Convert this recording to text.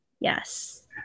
Yes